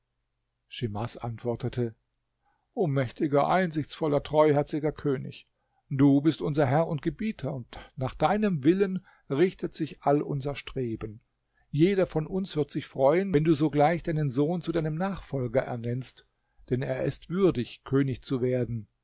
schimas antwortete o mächtiger einsichtsvoller treuherziger könig du bist unser herr und gebieter und nach deinem willen richtet sich all unser streben jeder von uns wird sich freuen wenn du sogleich deinen sohn zu deinem nachfolger ernennst denn er ist würdig könig zu werden